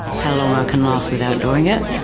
how long i can last without doing it?